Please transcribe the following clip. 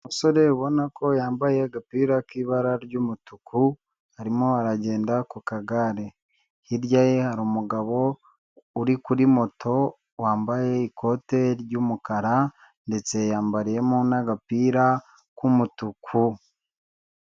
Umusore ubona ko yambaye agapira k'ibara ry'umutuku, arimo aragenda ku kagare. Hirya ye hari umugabo uri kuri moto, wambaye ikote ry'umukara, ndetse yambariyemo n'agapira k'umutuku.